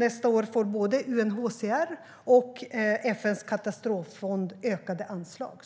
Nästa år får både UNHCR och FN:s katastroffond ökade anslag.